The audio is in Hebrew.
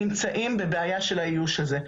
נמצאים בבעיה של האיוש הזה.